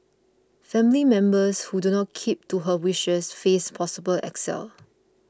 family members who do not keep to her wishes face possible exile